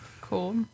Cool